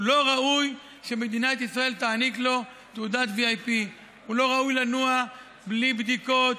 לא ראוי שמדינת ישראל תעניק לו תעודת VIP. הוא לא ראוי לנוע בלי בדיקות.